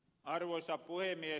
arvoisa puhemies